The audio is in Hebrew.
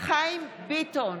חיים ביטון,